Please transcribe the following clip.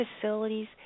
facilities